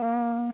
অঁ